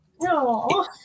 No